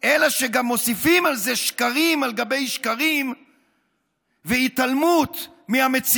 אלא שגם מוסיפים על זה שקרים על גבי שקרים והתעלמות מהמציאות.